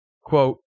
Quote